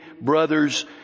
brothers